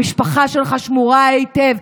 המשפחה שלך שמורה היטב?